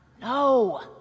No